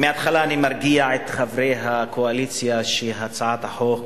מההתחלה אני מרגיע את חברי הקואליציה שהצעת החוק,